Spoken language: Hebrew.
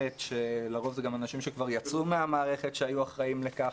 לרוב זה גם אנשים שיצאו מהמערכת שהיו אחראים לכך.